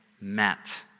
met